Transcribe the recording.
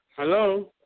Hello